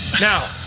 Now